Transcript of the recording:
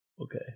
Okay